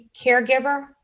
caregiver